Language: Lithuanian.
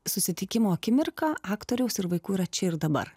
susitikimo akimirką aktoriaus ir vaikų yra čia ir dabar